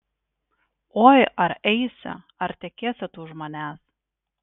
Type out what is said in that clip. oi ar eisi ar tekėsi tu už manęs